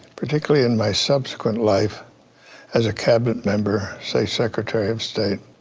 particularly in my subsequent life as a cabinet member, say secretary of state,